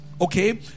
okay